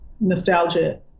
nostalgic